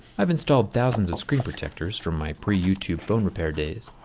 i've installed thousands of screen protectors from my pre-youtube phone repair days,